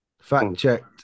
Fact-checked